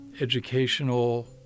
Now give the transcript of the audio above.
educational